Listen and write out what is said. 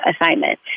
assignment